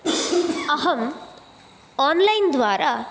अहं आन्लैन् द्वारा